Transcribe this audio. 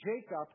Jacob